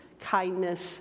kindness